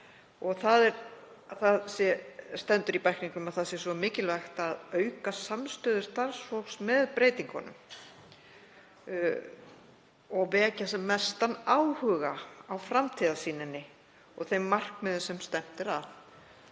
leggja stofnanir niður, að það sé svo mikilvægt að auka samstöðu starfsfólks með breytingunum og vekja sem mestan áhuga á framtíðarsýninni og þeim markmiðum sem stefnt er að.